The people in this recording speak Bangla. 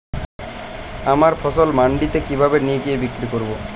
আমার ফসল মান্ডিতে কিভাবে নিয়ে গিয়ে বিক্রি করব?